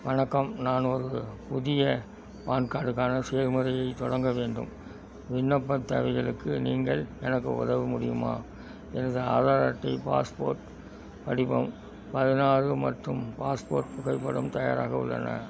வணக்கம் நான் ஒரு புதிய பான் கார்டுக்கான செயல்முறையைத் தொடங்க வேண்டும் விண்ணப்பத் தேவைகளுக்கு நீங்கள் எனக்கு உதவ முடியுமா எனது ஆதார் அட்டை பாஸ்போர்ட் படிவம் பதினாறு மற்றும் பாஸ்போர்ட் புகைப்படம் தயாராக உள்ளன